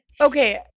Okay